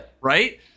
Right